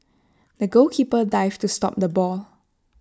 the goalkeeper dived to stop the ball